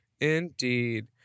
Indeed